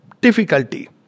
difficulty